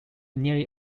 nearly